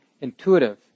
intuitive